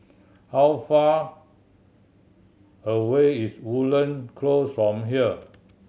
how far away is Woodlands Close from here